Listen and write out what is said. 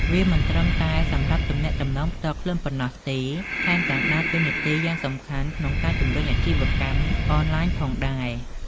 វាមិនត្រឹមតែសម្រាប់ទំនាក់ទំនងផ្ទាល់ខ្លួនប៉ុណ្ណោះទេ ថែមទាំងដើរតួនាទីយ៉ាងសំខាន់ក្នុងការជំរុញអាជីវកម្មអនឡាញផងដែរ។